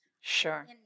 Sure